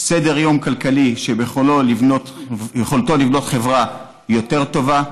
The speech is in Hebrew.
סדר-יום כלכלי שביכולתו לבנות חברה יותר טובה,